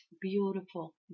beautiful